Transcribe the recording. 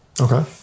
Okay